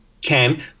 camp